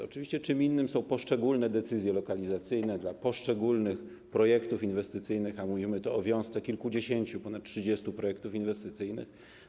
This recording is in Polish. Oczywiście czym innym są poszczególne decyzje lokalizacyjne dla poszczególnych projektów inwestycyjnych, a mówimy tu o wiązce kilkudziesięciu, ponad 30 projektów inwestycyjnych.